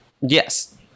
Yes